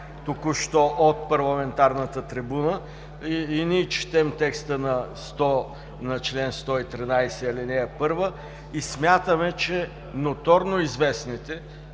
току-що от парламентарната трибуна. И ние четем текста на чл. 113, ал. 1 и смятаме, че ноторно известните,